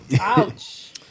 Ouch